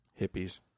hippies